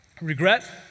Regret